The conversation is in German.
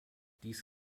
dies